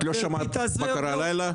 את לא שמעת מה קרה הלילה?